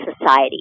society